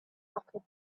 pocket